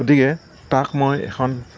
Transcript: গতিকে তাক মই এখন